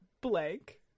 blank